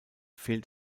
fehlt